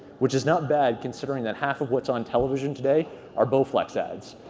which is not bad considering that half of what's on television today are bowflex ads,